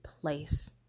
place